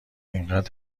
اینقد